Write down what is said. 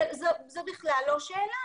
זו בכלל לא שאלה,